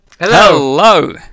Hello